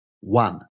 One